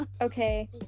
Okay